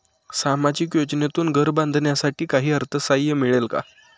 सामाजिक योजनेतून घर बांधण्यासाठी काही अर्थसहाय्य मिळेल का?